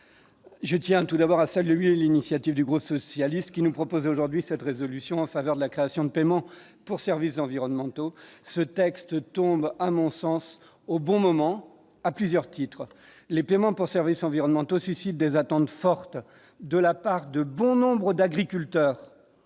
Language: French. je tiens tout d'abord à saluer l'initiative du groupe socialiste qui nous propose aujourd'hui cette résolution en faveur de la création de paiements pour services environnementaux, ce texte tombe à mon sens, au bon moment à plusieurs titres, les paiements pour services environnementaux suscite des attentes fortes de la part de bon nombre d'agriculteurs,